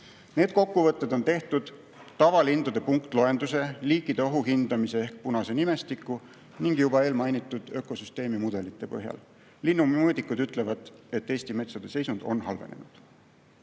Need kokkuvõtted on tehtud tavalindude punktloenduse, liikide ohuhindamise ehk punase nimestiku ning juba eelmainitud ökosüsteemimudelite põhjal. Linnumõõdikud ütlevad, et Eesti metsade seisund on halvenenud.